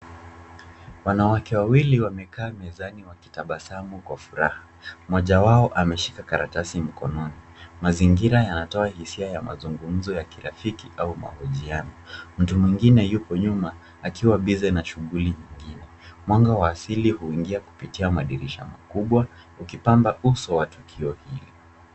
Wanawake wawili wamekaa mezani wakitabasamu kwa furaha. Mmoja wao ameshika karatasi mkononi. Mazingira yametoa hisia ya mazungumzo ya kirafiki au mahojiano. Mtu mwingine yupo nyuma akiwa busy na shughuli zingine. Mwanga wa asili huingia kupitia madirisha makubwa ukipamba uso wa tukio hili.